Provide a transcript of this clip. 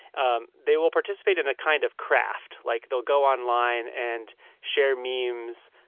um they will participate in a kind of craft. like, they'll go online and share memes,